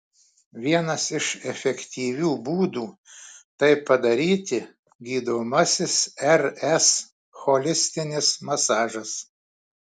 vienas iš efektyvių būdų tai padaryti gydomasis rs holistinis masažas